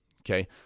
okay